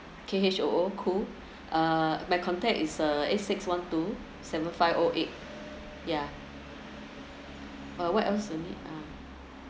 K H O O khoo uh my contact is uh eight six one two seven five o eight yeah uh what else do you need